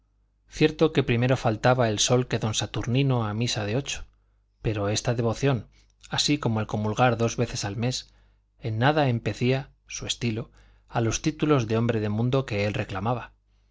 cierto que primero faltaba el sol que don saturnino a misa de ocho pero esta devoción así como el comulgar dos veces al mes en nada empecía su estilo a los títulos de hombre de mundo que él reclamaba